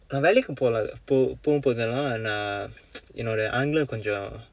நான் வேலைக்கு போகும் பொழுது எல்லாம் நான்:naan veelaikku pookum pozhuthu ellaam naan என்னோட ஆங்கிலம் கொஞ்ச:ennooda aangkilam konjsa